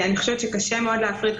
אני חושבת שקשה מאוד להפריד.